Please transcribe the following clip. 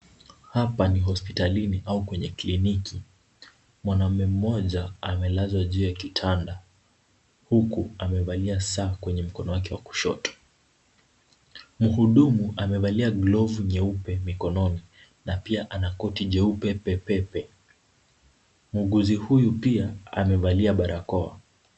Hapa ni hospitalini au kwenye kliniki, mwanamume mmoja amelazwa juu ya kitanda huku amevalia saa kwenye mkono wake wa kushoto. Mhudumu amevalia glovu nyeupe mikononi na pia ana koti jeupe pepepe. Muuguzi huyu pia amevalia barakoa.